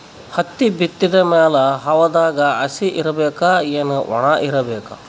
ಹತ್ತಿ ಬಿತ್ತದ ಮ್ಯಾಲ ಹವಾದಾಗ ಹಸಿ ಇರಬೇಕಾ, ಏನ್ ಒಣಇರಬೇಕ?